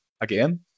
again